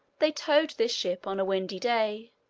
they towed this ship, on a windy day,